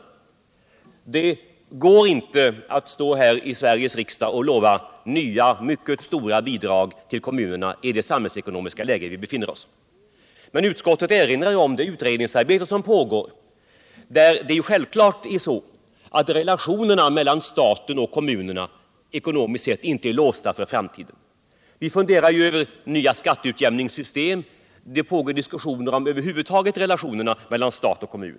Med den samhiällsekononmiska situation vi nu befinner oss i går det inte att stå här i Sveriges riksdag och utlova nya, mycket stora bidrag ull kommunerna. Utskottet erinrar i sammanhanget om det utredningsarbete som pågår på det här området och om att relationerna mellan staten och kommunerna ekonomiskt sett inte är låsta för framtiden. Vi diskuterar nytt skatteutjämningssystem, och det pågår även diskussion om relationerna mellan stat och kommun.